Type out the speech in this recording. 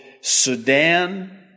Sudan